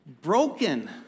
broken